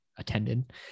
Attended